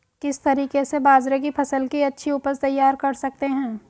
किस तरीके से बाजरे की फसल की अच्छी उपज तैयार कर सकते हैं?